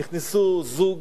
נכנסו זוג